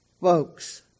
folks